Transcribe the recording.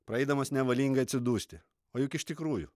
praeidamas nevalingai atsidūsti o juk iš tikrųjų